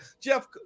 Jeff